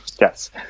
Yes